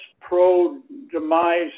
pro-demise